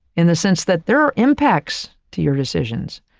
in the sense that there are impacts to your decisions.